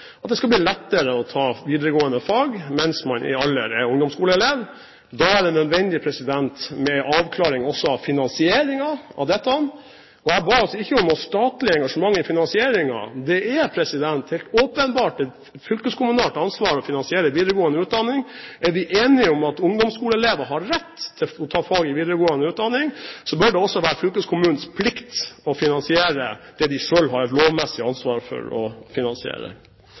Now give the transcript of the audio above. at det skal bli lettere å ta videregående fag mens man er i ungdomsskolealder. Da er det også nødvendig med en avklaring av finansieringen av dette. Jeg ba altså ikke om noe statlig engasjement i finansieringen. Det er åpenbart et fylkeskommunalt ansvar å finansiere videregående utdanning. Er vi enige om at ungdomsskoleelever har rett til å ta fag i videregående utdanning, bør det også være fylkeskommunens plikt å finansiere det de selv har lovmessig ansvar for å finansiere.